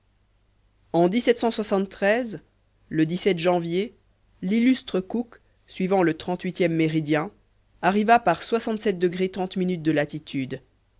en le janvier l'illustre cook suivant le trente huitième méridien arriva par de latitude